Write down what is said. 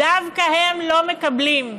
דווקא הם לא מקבלים?